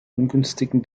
ungünstigen